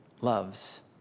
loves